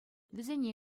вӗсене